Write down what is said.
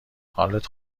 حالت